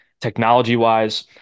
technology-wise